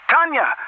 Tanya